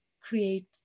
create